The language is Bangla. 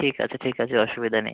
ঠিক আছে ঠিক আছে অসুবিধা নেই